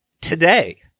today